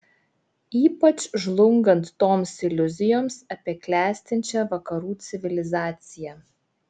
ypač žlungant toms iliuzijoms apie klestinčią vakarų civilizaciją